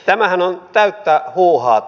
tämähän on täyttä huuhaata